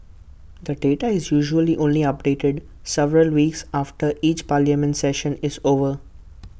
the data is usually only updated several weeks after each parliament session is over